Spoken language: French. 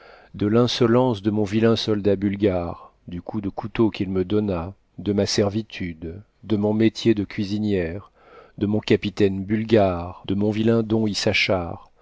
de l'insolence de mon vilain soldat bulgare du coup de couteau qu'il me donna de ma servitude de mon métier de cuisinière de mon capitaine bulgare de mon vilain don